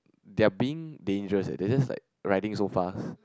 they are being dangerous eh they are just like riding so fast